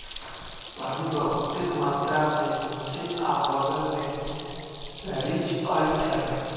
पानी बहुतेक मात्रा में निच्चे आ बगल में रिसअई छई